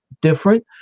different